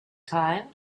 time